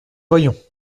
voyons